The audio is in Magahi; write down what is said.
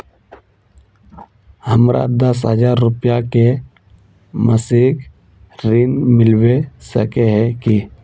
हमरा दस हजार रुपया के मासिक ऋण मिलबे सके है की?